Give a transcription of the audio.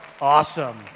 awesome